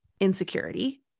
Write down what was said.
insecurity